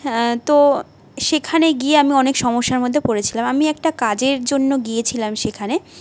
তো সেখানে গিয়ে আমি অনেক সমস্যার মধ্যে পড়েছিলাম আমি একটা কাজের জন্য গিয়েছিলাম সেখানে